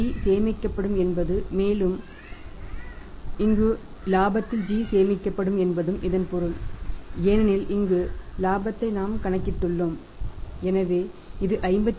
எனவே g சேமிக்கப்படும் என்பதும்மேலும் இங்குள்ள இலாபத்தில் g சேர்க்கப்படும் என்பதும் இதன் பொருள் ஏனெனில் இங்குள்ள இலாபத்தை நாம் கணக்கிட்டுள்ளோம் எனவே இது 52